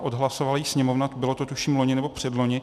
Odhlasovala ji Sněmovna, bylo to, tuším, loni nebo předloni.